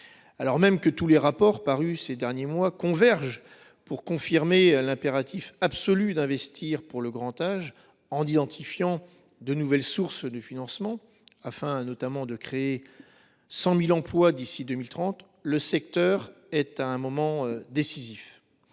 Alors même que tous les rapports parus ces derniers mois convergent pour confirmer l’impératif absolu d’investir pour le grand âge, en identifiant de nouvelles sources de financement, afin notamment de créer 100 000 emplois d’ici à 2030, force est de reconnaître